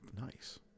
Nice